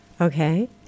Okay